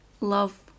love